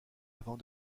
avant